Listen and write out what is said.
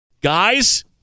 Guys